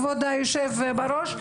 כבוד היושב-בראש,